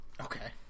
Okay